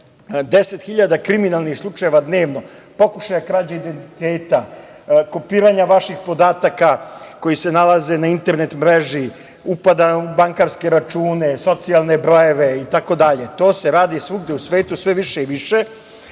10.000 kriminalnih slučajeva dnevno, pokušaja krađe identiteta, kopiranja vaših podataka koji se nalaze na internet mreži, upada u bankarske račune, socijalne brojeve itd. To se radi svugde u svetu, sve više i više,